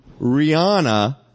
Rihanna